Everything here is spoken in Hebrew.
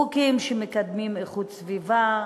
חוקים שמקדמים איכות סביבה,